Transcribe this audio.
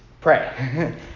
pray